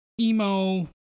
emo